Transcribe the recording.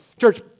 Church